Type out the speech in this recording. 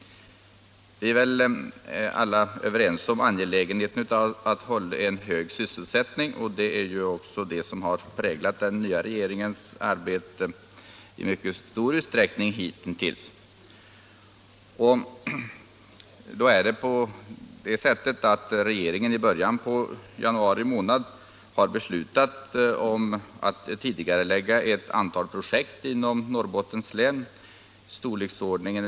Alla är väl överens om angelägenheten av att hålla en hög sysselsättning. Detta har också i mycket stor utsträckning hittills präglat den nya regeringens arbete. I början av januari beslöt regeringen att tidigarelägga ett antal projekt i Norrbottens län.